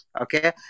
Okay